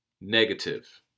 negative